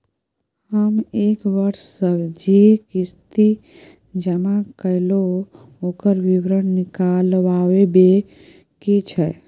हम एक वर्ष स जे किस्ती जमा कैलौ, ओकर विवरण निकलवाबे के छै?